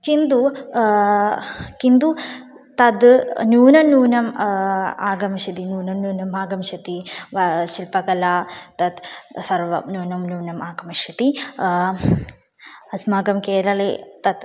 किन्तु किन्तु तत् न्यूनं न्यूनम् आगमिष्यति नूनं न्यूनम् आगमिष्यति वा शिल्पकला तत् सर्वं न्यूनं न्यूनम् आगमिष्यति अस्माकं केरले तत्